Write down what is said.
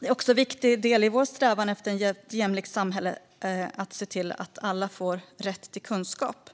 En viktig del i vår strävan efter ett jämlikt samhälle är allas rätt till kunskap.